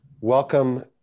welcome